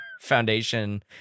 Foundation